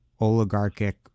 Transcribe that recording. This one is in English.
oligarchic